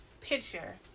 picture